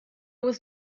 was